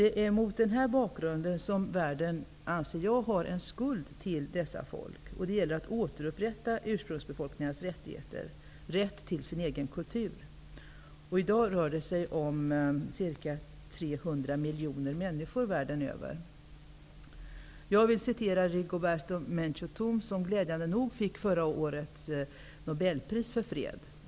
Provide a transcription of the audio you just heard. Det är mot den bakgrunden som världen, anser jag, har en skuld till dessa folk. Det gäller att återupprätta ursprungsbefolkningarnas rättigheter -- deras rätt till sin egen kultur. I dag rör det sig om cirka 300 miljoner människor världen över. Jag vill citera Rigoberta Menchú Tum, som glädjande nog fick förra årets Nobelpris för fred.